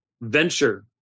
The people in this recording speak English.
venture